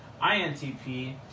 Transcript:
INTP